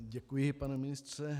Děkuji, pane ministře.